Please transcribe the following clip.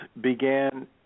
began